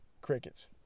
Crickets